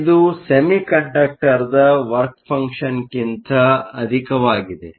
ಇದು ಸೆಮಿಕಂಡಕ್ಟರ್ನ ವರ್ಕ ಫಂಕ್ಷನ್Work functionಕ್ಕಿಂತ ಅಧಿಕವಾಗಿದೆ